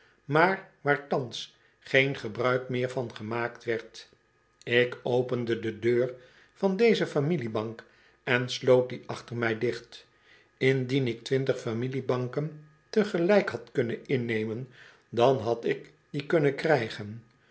maar waar thans geen gebruik meer van gemaakt werd ik opende de deur van deze familiebank en sloot die achter mij dicht indien ik twintig familiebanken tegelijk had kunhen innemen dan had ik die kunnen krijgen